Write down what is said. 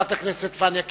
חברת הכנסת פניה קירשנבאום,